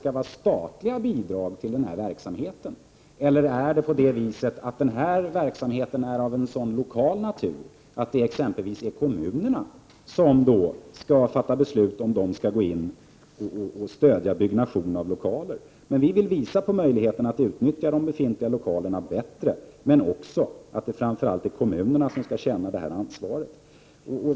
Skall statliga bidrag utgå till denna verksamhet, eller är denna verksamhet av en så lokal natur att det exempelvis är kommunerna som skall fatta beslut om huruvida de skall gå in och stödja byggande av lokaler? Men vi vill visa att det finns möjligheter att bättre utnyttja befintliga lokaler. Men vi vill också visa att det är kommunerna som skall känna detta ansvar.